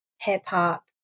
hip-hop